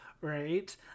right